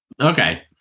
Okay